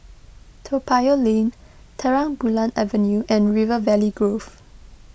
Toa Payoh Lane Terang Bulan Avenue and River Valley Grove